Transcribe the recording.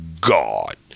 God